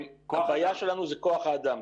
הבעיה שלנו זה כוח-האדם.